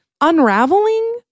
unraveling